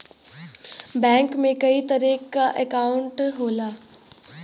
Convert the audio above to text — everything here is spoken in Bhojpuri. बैंक में कई तरे क अंकाउट होला